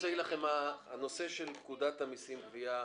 הנושא של פקודת המסים (גבייה)